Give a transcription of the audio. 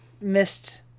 missed